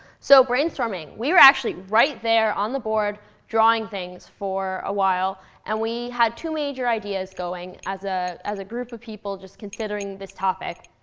so brainstorming, we were actually right there on the board drawing things for a while. and we had two major ideas going as ah as a group of people just considering this topic.